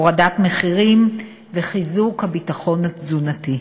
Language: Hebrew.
הורדת מחירים וחיזוק הביטחון התזונתי.